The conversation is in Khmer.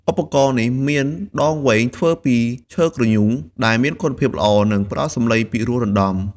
ឧបករណ៍នេះមានដងវែងធ្វើពីឈើគ្រញូង ដែលមានគុណភាពល្អ និងផ្តល់សំឡេងពីរោះរណ្ដំ។